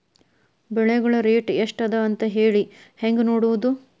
ಬೆಳೆಗಳ ರೇಟ್ ಎಷ್ಟ ಅದ ಅಂತ ಹೇಳಿ ಹೆಂಗ್ ನೋಡುವುದು?